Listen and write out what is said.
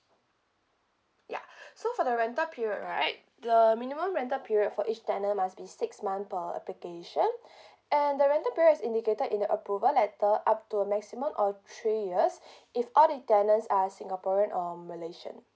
ya so for the rental period right the minimum rental period for each tenant must be six month per application and the rental period is indicated in the approval letter up to a maximum of three years if all the tenants are singaporean or malaysian